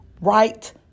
Right